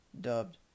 dubbed